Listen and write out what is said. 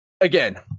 Again